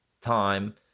time